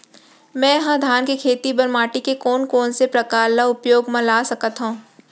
मै ह धान के खेती बर माटी के कोन कोन से प्रकार ला उपयोग मा ला सकत हव?